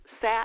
sat